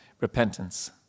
Repentance